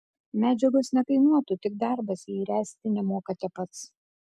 medžiagos nekainuotų tik darbas jei ręsti nemokate pats